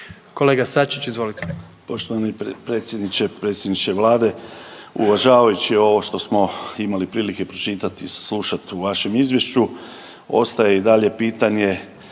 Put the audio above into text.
Kolega Sačić, izvolite.